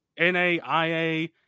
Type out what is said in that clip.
NAIA